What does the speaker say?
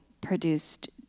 produced